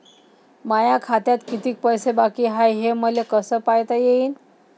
माया खात्यात कितीक पैसे बाकी हाय हे मले कस पायता येईन?